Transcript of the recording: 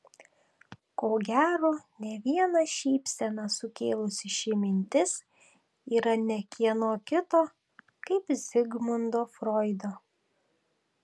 ko gero ne vieną šypseną sukėlusi ši mintis yra ne kieno kito kaip zigmundo froido